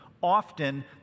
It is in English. often